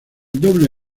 doble